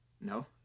No